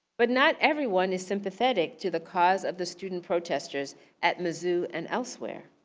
but not everyone is sympathetic to the cause of the student protestors at mizzou and elsewhere.